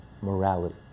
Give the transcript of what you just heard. morality